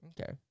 Okay